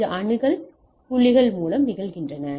இது சில அணுகல் புள்ளிகள் மூலம் நிகழ்கிறது